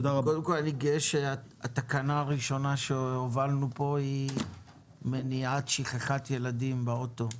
אני גאה שהתקנה הראשונה שהובלנו פה היא מניעת שכיחת ילדים באוטו,